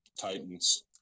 Titans